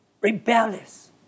rebellious